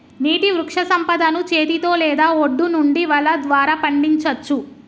నీటి వృక్షసంపదను చేతితో లేదా ఒడ్డు నుండి వల ద్వారా పండించచ్చు